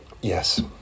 Yes